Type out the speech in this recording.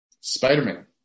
Spider-Man